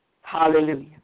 Hallelujah